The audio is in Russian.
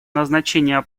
назначение